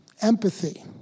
empathy